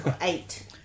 Eight